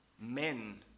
men